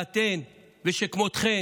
ואתם ושכמותכם,